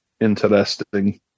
interesting